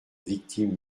victime